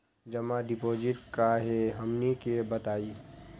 जमा डिपोजिट का हे हमनी के बताई?